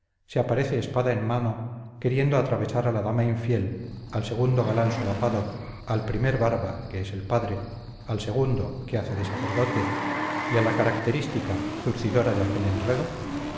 se aparece espada en mano queriendo atravesar a la dama infiel al segundo galán solapado al primer barba que es el padre al segundo que hace de sacerdote y a la característica zurcidora de aquel enredo